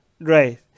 Right